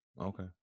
Okay